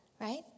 Right